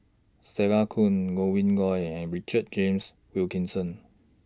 Stella Kon Godwin Koay and Richard James Wilkinson